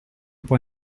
può